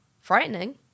frightening